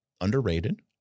underrated